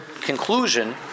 conclusion